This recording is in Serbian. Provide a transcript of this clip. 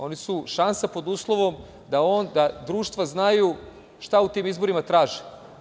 Oni su šansa pod uslovom da onda društva znaju šta u tim izborima traže.